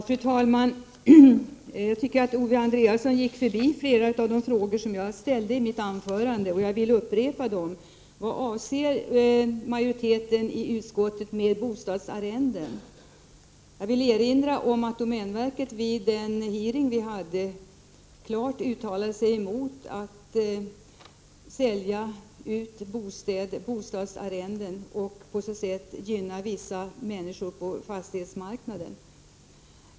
Fru talman! Jag anser att Owe Andréasson gick förbi flera av de frågor jag ställde i mitt anförande. Jag vill därför upprepa dem. Vad avser utskottsmajoriteten med ordet bostadsarrenden? Jag vill erinra om att domänverket vid en hearing klart uttalade sig emot att sälja ut bostadsarrenden och på så sätt gynna vissa människor på fastighetsmarknaden.